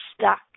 stuck